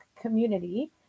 community